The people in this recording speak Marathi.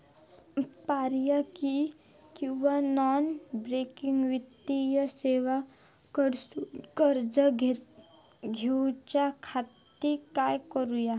पर्यायी किंवा नॉन बँकिंग वित्तीय सेवा कडसून कर्ज घेऊच्या खाती काय करुक होया?